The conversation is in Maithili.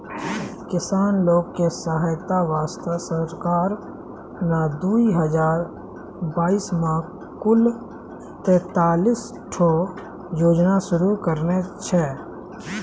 किसान लोग के सहायता वास्तॅ सरकार नॅ दू हजार बाइस मॅ कुल तेतालिस ठो योजना शुरू करने छै